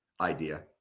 idea